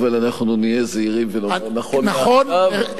אבל אנחנו נהיה זהירים ונאמר שנכון לעכשיו,